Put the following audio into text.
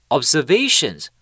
Observations